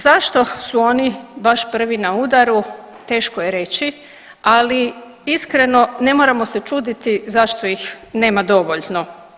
Zašto su oni baš prvi na udaru teško je reći, ali iskreno ne moramo se čuditi zašto ih nema dovoljno.